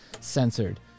censored